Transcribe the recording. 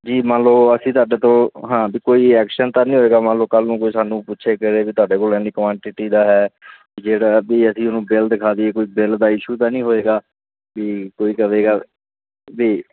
ਜੀ ਮੰਨ ਲਓ ਅਸੀਂ ਤੁਹਾਡੇ ਤੋਂ ਹਾਂ ਵੀ ਕੋਈ ਐਕਸ਼ਨ ਤਾਂ ਨਹੀਂ ਹੋਏਗਾ ਮੰਨ ਲਓ ਕੱਲ੍ਹ ਨੂੰ ਕੋਈ ਸਾਨੂੰ ਪੁੱਛੇ ਕਹਿਦੇ ਵੀ ਤੁਹਾਡੇ ਕੋਲ ਇੰਨੀ ਕੁਐਂਟਿਟੀ ਦਾ ਹੈ ਜਿਹੜਾ ਵੀ ਅਸੀਂ ਉਹਨੂੰ ਬਿੱਲ ਦਿਖਾ ਦਈਏ ਕੋਈ ਬਿੱਲ ਦਾ ਇਸ਼ੂ ਤਾਂ ਨਹੀਂ ਹੋਏਗਾ ਵੀ ਕੋਈ ਕਹੇਗਾ ਵੀ